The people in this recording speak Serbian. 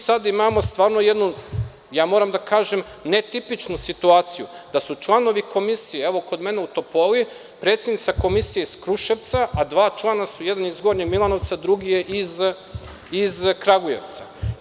Sada imamo stvarno jednu, moram da kažem, netipičnu situaciju, da su članovi Komisije, evo kod mene u Topoli predsednica Komisije iz Kruševca, a dva člana su, jedan iz Gornjeg Milanovca, a drugi je iz Kragujevca.